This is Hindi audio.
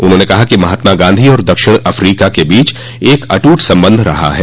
उन्होंने कहा कि महात्मा गांधी और दक्षिण अफ्रीका के बीच एक अटूट संबंध रहा है